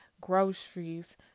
groceries